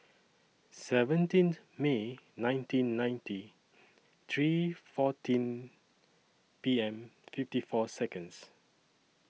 seventeen May nineteen ninety three fourteen P M fifty four Seconds